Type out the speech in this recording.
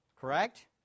Correct